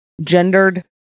gendered